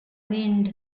wind